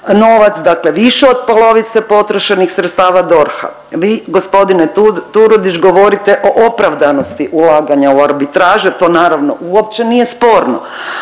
novac, dakle više od polovice potrošenih sredstava DORH-a. Vi gospodine Turudić govorite o opravdanosti ulaganja u arbitraže, to naravno uopće nije sporno.